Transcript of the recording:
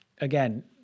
Again